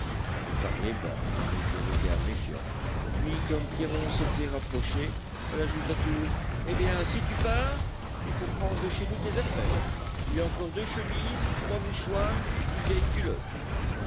elle parlait bas avec des regards méfiants puis comme pierron s'était rapproché elle ajouta tout haut eh bien si tu pars il faut prendre chez nous tes affaires il y a encore deux chemises trois mouchoirs une vieille culotte